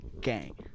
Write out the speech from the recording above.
Gang